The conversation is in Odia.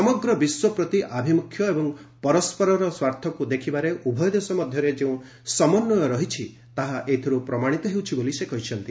ସମଗ୍ର ବିଶ୍ୱ ପ୍ରତି ଆଭିମୁଖ୍ୟ ଏବଂ ପରସ୍କରର ସାର୍ଥକୁ ଦେଖିବାରେ ଉଭୟ ଦେଶ ମଧ୍ୟରେ ଯେଉଁ ତାଳମେଳ ରହିଛି ତାହା ଏଥିରୁ ପ୍ରମାଣିତ ହେଉଛି ବୋଲି ସେ କହିଛନ୍ତି